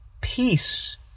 peace